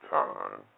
time